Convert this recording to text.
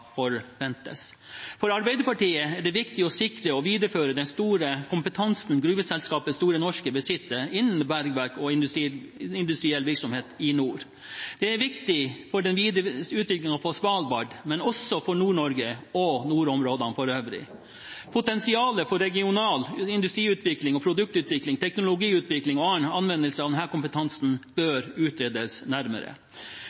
forventes. For Arbeiderpartiet er det viktig å sikre og videreføre den store kompetansen gruveselskapet Store Norske besitter innen bergverk og industriell virksomhet i nord. Det er viktig for den videre utviklingen på Svalbard, men også for Nord-Norge og nordområdene for øvrig. Potensialet for regional industriutvikling og produktutvikling, teknologiutvikling og annen anvendelse av denne kompetansen bør utredes nærmere.